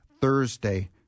Thursday